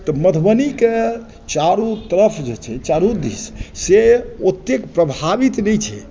तऽ मधुबनी के चारू तरफ जे छै चारू दिस सॅं ओतेक प्रभावित नहि छै